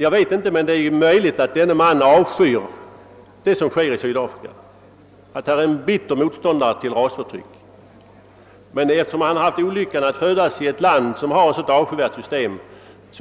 Jag vet ingenting om den saken, men det är möjligt att denne man avskyr det som sker i Sydafrika, att han är en bitter motståndare till rasförtryck. Men eftersom han haft olyckan att födas i ett land som har ett så avskyvärt system